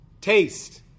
Taste